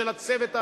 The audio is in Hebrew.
ושל הצוות המשפטי,